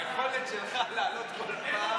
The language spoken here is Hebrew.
היכולת שלך לעלות כל פעם,